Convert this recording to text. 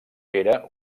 era